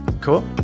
cool